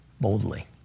boldly